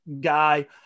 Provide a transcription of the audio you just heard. guy